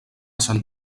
sant